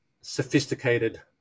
sophisticated